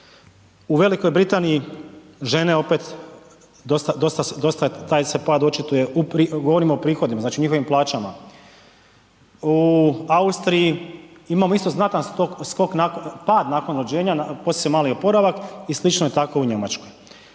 U Velikoj Britaniji žene opet dosta se, dosta taj se pad očituje, govorimo o prihodima znači o njihovim plaćama, u Austriji imamo isto znatan skok nakon, pad nakon rođenja, poslije je mali oporavak, i slično je tako u Njemačkoj.